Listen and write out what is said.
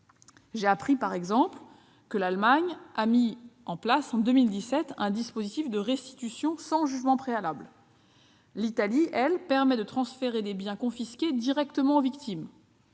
J'ai ainsi appris que l'Allemagne avait mis en place, en 2017, un dispositif de restitution sans jugement préalable ; l'Italie permet de transférer des biens confisqués directement aux victimes